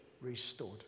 restored